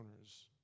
owners